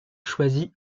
choisie